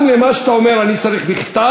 גם למה שאתה אומר אני צריך בכתב.